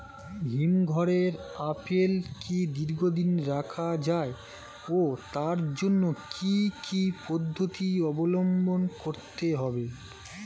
হিমঘরে আপেল কি দীর্ঘদিন রাখা যায় ও তার জন্য কি কি পদ্ধতি অবলম্বন করতে হবে?